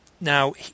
now